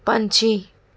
ਪੰਛੀ